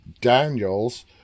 Daniels